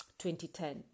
2010